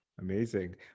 Amazing